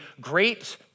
great